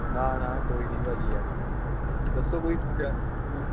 ਨਾ ਨਾ ਕੋਈ ਨਹੀਂ ਭਾਅ ਜੀ ਯਾਰ ਦੱਸੋ ਕੋਈ ਹੂੰ